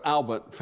ALBERT